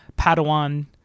Padawan